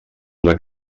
una